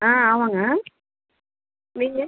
ஆ ஆமாம்ங்க நீங்கள்